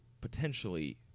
potentially